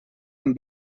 hem